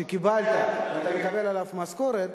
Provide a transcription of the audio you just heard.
שקיבלת ואתה מקבל עליו משכורת,